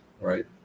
right